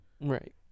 right